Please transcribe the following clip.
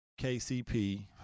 KCP